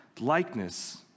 likeness